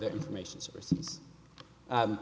that information source